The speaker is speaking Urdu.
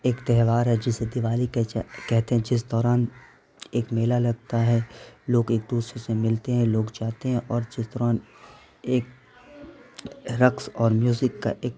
ایک تہوار ہے جسے دیوالی کہتے ہیں جس دوران ایک میلہ لگتا ہے لوک ایک دوسرے سے ملتے ہیں لوگ جاتے ہیں اور جس دوران ایک رقص اور میوزک کا ایک